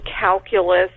calculus